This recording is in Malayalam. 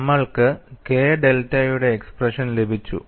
നമ്മൾക്ക് k ഡെൽറ്റയുടെ എക്സ്പ്രഷൻ ലഭിച്ചു